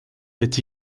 est